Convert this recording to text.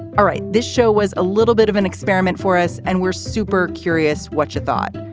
all right. this show was a little bit of an experiment for us, and we're super curious what you thought.